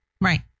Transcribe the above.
Right